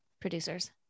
Producers